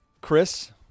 Chris